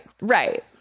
Right